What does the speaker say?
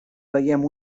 veiem